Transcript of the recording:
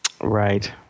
Right